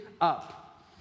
up